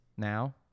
Now